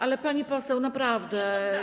Ale pani poseł, naprawdę.